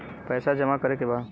पैसा जमा करे के बा?